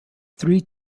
three